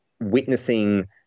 witnessing